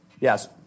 Yes